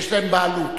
ויש להם בעלות